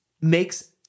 makes